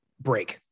break